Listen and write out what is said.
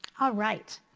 ah right.